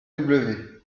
kmw